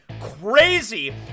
crazy